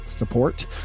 support